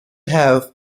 have